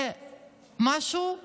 זה משהו שאמור,